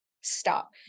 Stop